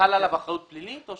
חלה עליו אחריות פלילית.